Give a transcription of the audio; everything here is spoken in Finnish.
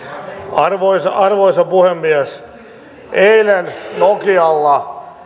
arvoisa arvoisa puhemies eilen nokialla